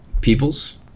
Peoples